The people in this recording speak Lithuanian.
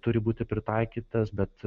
turi būti pritaikytas bet